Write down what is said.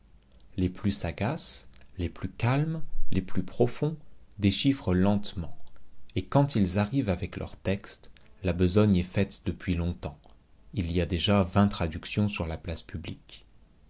les plus sagaces les plus calmes les plus profonds déchiffrent lentement et quand ils arrivent avec leur texte la besogne est faite depuis longtemps il y a déjà vingt traductions sur la place publique